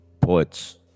poets